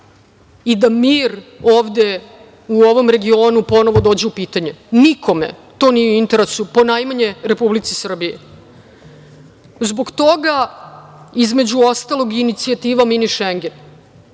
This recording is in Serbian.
i da mir ovde u ovom regionu ponovo dođe u pitanje. Nikome to nije u interesu, ponajmanje Republici Srbiji. Zbog toga, između ostalog, inicijativa mini Šengen.